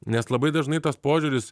nes labai dažnai tas požiūris